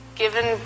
given